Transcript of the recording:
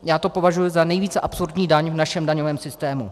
Já to považuji za nejvíce absurdní daň v našem daňovém systému.